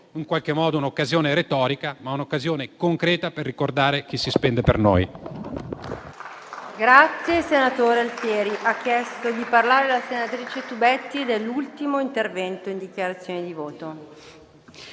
non è solo un'occasione retorica, ma è anche un'occasione concreta per ricordare chi si spende per noi.